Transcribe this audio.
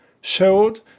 showed